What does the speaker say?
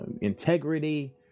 integrity